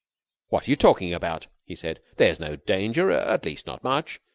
what are you talking about? he said. there's no danger. at least, not much.